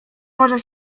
może